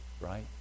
right